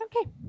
okay